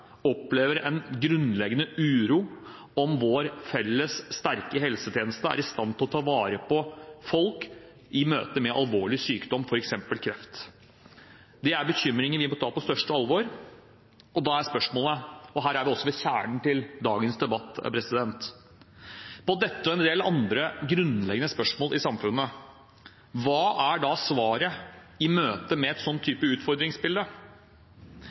opplever en grunnleggende uro for om vår felles sterke helsetjeneste er i stand til å ta vare på folk i møte med alvorlig sykdom, f.eks. kreft. Dette er bekymringer vi må ta på største alvor. Her er vi også ved kjernen i dagens debatt – når det gjelder dette og en del andre grunnleggende spørsmål i samfunnet: Hva er svaret i møte med et slikt utfordringsbilde?